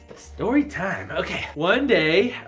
story time. okay. one day,